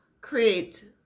create